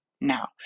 now